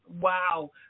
wow